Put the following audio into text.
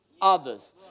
others